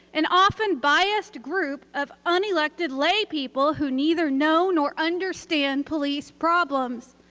and often biased group of unelected lay people who neither know nor understand police problems.